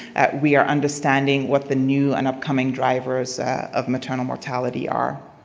we are understanding what the new and upcoming drivers of maternal mortality are.